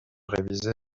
révisé